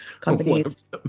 companies